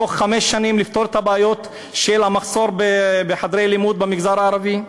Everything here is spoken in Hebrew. תוך חמש שנים לפתור את הבעיות של המחסור בחדרי לימוד במגזר הערבי,